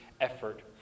effort